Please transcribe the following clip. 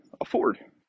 afford